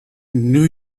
knew